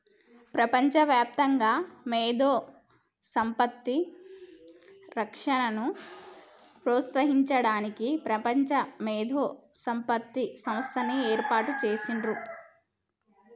ప్రపంచవ్యాప్తంగా మేధో సంపత్తి రక్షణను ప్రోత్సహించడానికి ప్రపంచ మేధో సంపత్తి సంస్థని ఏర్పాటు చేసిర్రు